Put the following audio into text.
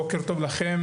בוקר טוב לכם,